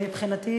מבחינתי,